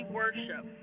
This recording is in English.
worship